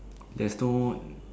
there's no